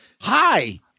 Hi